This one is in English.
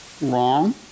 wrong